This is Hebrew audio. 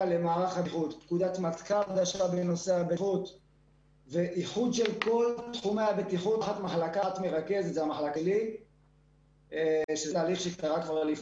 פקודת מטכ"ל ואיחוד של כל תחומי הבטיחות תחת מחלקה שזה הליך שקרה כבר.